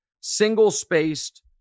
single-spaced